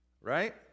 right